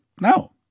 No